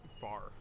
far